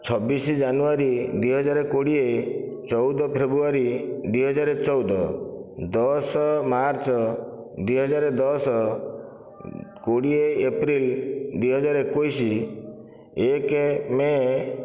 ଛବିଶ ଜାନୁଆରୀ ଦୁଇ ହଜାର କୋଡ଼ିଏ ଚଉଦ ଫେବୃୟାରୀ ଦୁଇ ହଜାର ଚଉଦ ଦଶ ମାର୍ଚ୍ଚ ଦୁଇ ହଜାର ଦଶ କୋଡ଼ିଏ ଏପ୍ରିଲ ଦୁଇ ହଜାର ଏକୋଇଶ ଏକ ମେ